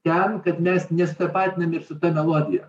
ten kad mes nesitapatiname su ta melodija